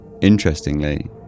Interestingly